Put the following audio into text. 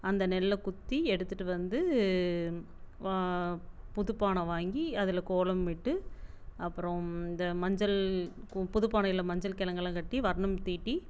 அந்த நெல்லை குத்தி எடுத்துகிட்டு வந்து வா புது பானை வாங்கி அதில் கோலம் இட்டு அப்புறம் இந்த மஞ்சள் புது பானையில் மஞ்சள் கிழங்கெல்லாம் கட்டி வர்ணம் தீட்டி